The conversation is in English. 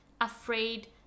afraid